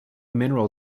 mineral